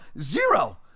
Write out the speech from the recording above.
Zero